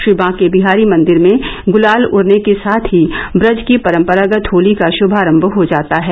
श्री बांके बिहारी मंदिर में गुलाल उड़ने के साथ ही ब्रज की परम्परागत होली का शुभारम्भ हो जाता है